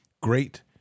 Great